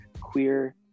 queer